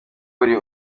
buri